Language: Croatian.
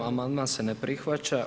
Amandman se ne prihvaća.